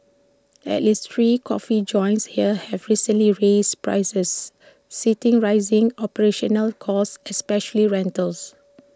at least three coffee joints here have recently raised prices citing rising operational costs especially rentals